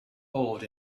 old